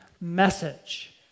message